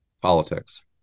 politics